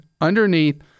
underneath